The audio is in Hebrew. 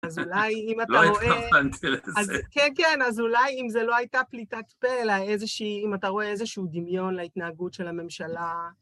אז אולי אם אתה רואה.. לא התכוונתי לזה. כן, כן, אז אולי אם זה לא הייתה פליטת פה, אלא איזה שהיא.. אם אתה רואה איזשהו דמיון להתנהגות של הממשלה..